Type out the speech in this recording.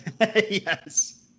Yes